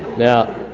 now